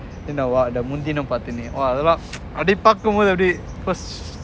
முன்தினம் பார்த்தேனே:munthinam paarthenea !wah! a lot of அப்டி பாக்கும் போது அப்டி:apdi pakum pothu apdi